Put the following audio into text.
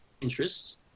interests